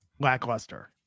lackluster